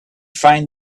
find